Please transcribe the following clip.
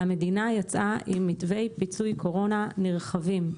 המדינה יצאה עם מתווה פיצוי קורונה נרחבים.